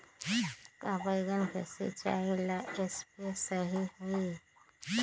का बैगन के सिचाई ला सप्रे सही होई?